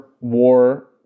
war